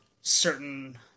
certain